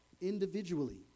Individually